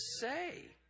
say